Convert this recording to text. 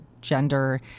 gender